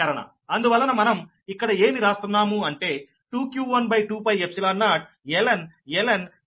అందువలన మనం ఇక్కడ ఏమి రాస్తున్నాము అంటే 2q12π0ln Dr1 r2వోల్ట్